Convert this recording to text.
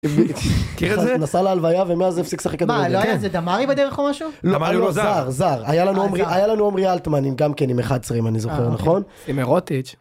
מכיר את זה? -נסע להלוויה ומאז הפסיק לשחק כדורגל. -מה, ראה איזה דמארי בדרך או משהו? -לא, דמארי הוא לא זר. היה לנו עמרי אלטמן גם עם 11 אם אני זוכר נכון. -עם מירוטיץ'.